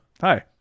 Hi